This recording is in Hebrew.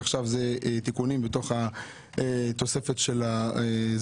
ועכשיו זה תיקונים בתוך התוספת של הזכאות,